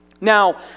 Now